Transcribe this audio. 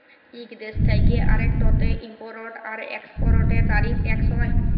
ইক দ্যেশ থ্যাকে আরেকটতে ইমপরট আর একেসপরটের তারিফ টেকস হ্যয়